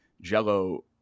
Jell-O